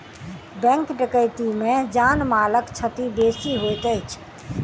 bank डकैती मे जान मालक क्षति बेसी होइत अछि